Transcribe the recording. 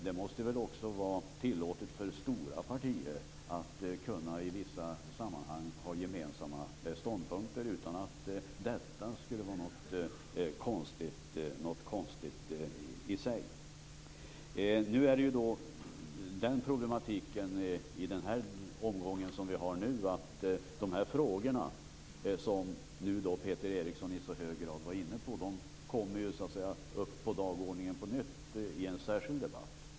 Det måste väl också vara tillåtet för stora partier att ha gemensamma ståndpunkter i vissa sammanhang utan att det i sig skulle vara något konstigt. De frågor som Peter Eriksson nu i så hög grad var inne på kommer upp på dagordningen på nytt i en särskild debatt.